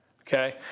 okay